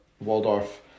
waldorf